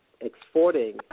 exporting